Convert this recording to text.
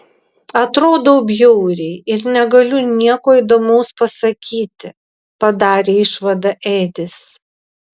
atrodau bjauriai ir negaliu nieko įdomaus pasakyti padarė išvadą edis